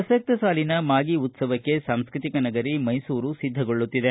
ಪ್ರಸಕ್ತ ಸಾಲಿನ ಮಾಗಿ ಉತ್ಸವಕ್ಕೆ ಸಾಂಸ್ಕೃತಿಕ ನಗರಿ ಮೈಸೂರು ಸಿದ್ದಗೊಳ್ಳುತ್ತಿದೆ